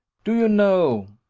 do you know,